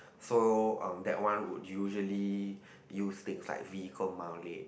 so um that one would usually use things like vehicle mileage